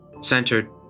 centered